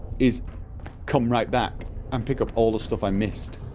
is come right back and pick up all the stuff i missed